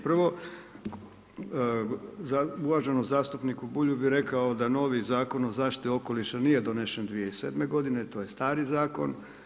Prvo uvaženom zastupniku Bulju bi rekao da novi Zakon o zaštiti okoliša nije donesen 2007. godine, to je stari zakon.